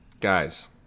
Guys